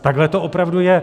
Takhle to opravdu je.